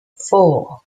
four